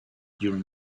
during